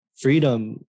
freedom